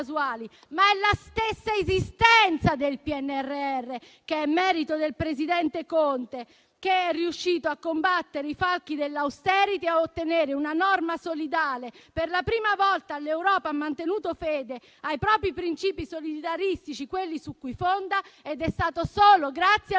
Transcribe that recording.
È la stessa esistenza del PNRR ad essere merito del presidente Conte, che è riuscito a combattere i falchi dell'*austerity* e a ottenere una norma solidale. Per la prima volta, l'Europa ha mantenuto fede ai propri principi solidaristici, quelli su cui si fonda, ed è stato solo grazie al presidente